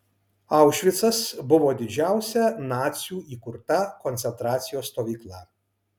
aušvicas buvo didžiausia nacių įkurta koncentracijos stovykla